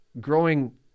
growing